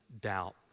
doubt